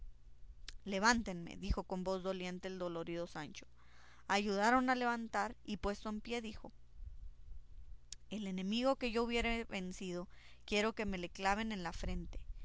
levántenme dijo con voz doliente el dolorido sancho ayudáronle a levantar y puesto en pie dijo el enemigo que yo hubiere vencido quiero que me le claven en la frente